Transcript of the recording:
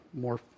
more